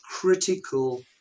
critical